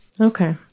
Okay